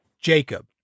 Jacob